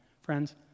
friends